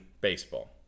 baseball